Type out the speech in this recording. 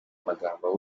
amagambo